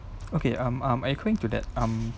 okay um um according to that um